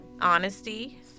honesty